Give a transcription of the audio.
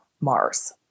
Mars